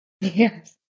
Yes